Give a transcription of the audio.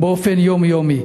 באופן יומיומי.